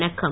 வணக்கம்